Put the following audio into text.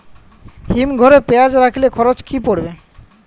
হিম ঘরে পেঁয়াজ রাখলে খরচ কি পড়বে?